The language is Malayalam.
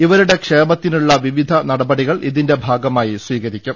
ഇവരുടെ ക്ഷേമ ത്തിനുള്ള വിവിധ നടപടികൾ ഇതിന്റെ ഭാഗമായി സ്വീകരിക്കും